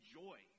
joy